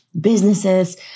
businesses